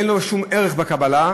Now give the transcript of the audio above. אין לו שום ערך בקבלה.